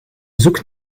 zoekt